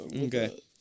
Okay